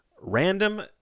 random